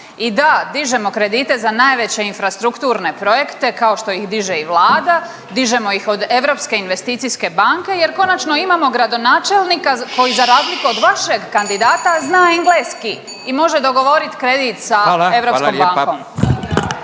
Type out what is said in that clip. I da, dižemo kredite za najveće infrastrukturne projekte kao što ih diže i Vlada. Dižemo ih od Europske investicijske banke jer konačno imamo gradonačelnika koji za razliku od vašeg kandidata zna engleski i može dogovorit kredit sa …/Upadica